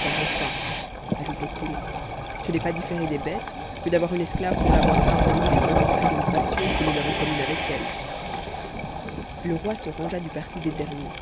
car enfin ajoutaient ils c'est ne pas différer des bêtes que d'avoir une esclave pour la voir simplement et contenter une passion que nous avons commune avec elles le roi se rangea du parti des derniers